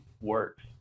works